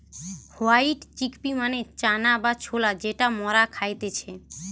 white chickpea মানে চানা বা ছোলা যেটা মরা খাইতেছে